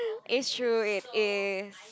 it's true it is